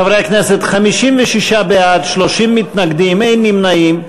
חברי הכנסת, 56 בעד, 30 מתנגדים, אין נמנעים.